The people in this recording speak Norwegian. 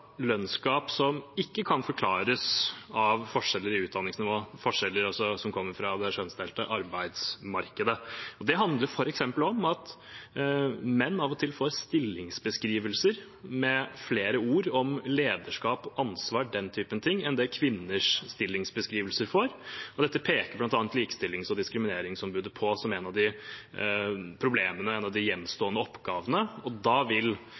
lønnsgap som ikke kan forklares av forskjeller i utdanningsnivå, forskjeller som kommer fra det kjønnsdelte arbeidsmarkedet. Det handler f.eks. om at menn av og til får stillingsbeskrivelser med flere ord om lederskap, ansvar og den type ting enn det kvinners stillingsbeskrivelser får. Dette peker bl.a. Likestillings- og diskrimineringsombudet på som et av problemene, en av de gjenstående oppgavene. Da vil